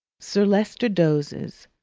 sir leicester dozes,